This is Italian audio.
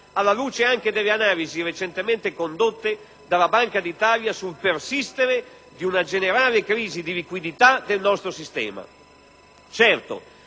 alla luce anche delle analisi recentemente condotte dalla Banca d'Italia sul persistere di una generale crisi di liquidità del nostro sistema.